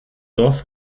dorf